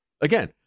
Again